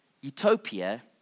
Utopia